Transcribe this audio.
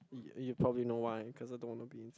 you you probably know why because I don't want to be